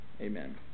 Amen